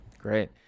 Great